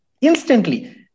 Instantly